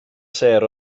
sêr